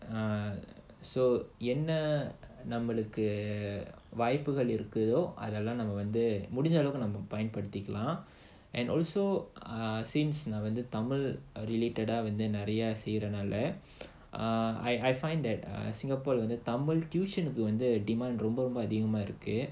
uh so in a என்ன நம்மளுக்கு வாய்ப்புகள் இருக்கு தோ அதெல்லாம் வந்து முடிஞ்ச அளவுக்கு நாம பயன்படுத்திக்கொள்ளலாம்:enna nammalukku vaaipugal irukkutho adhellaam vandhu mudinja alavukku namma payanpaduthikollalaam particular and also uh since நான் வந்து தமிழ்கு நிறைய செய்றதால:naan vandhu tamilukku niraiya seirathaala I I find that err singapore